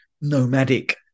nomadic